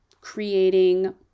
creating